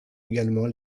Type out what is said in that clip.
également